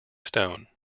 stone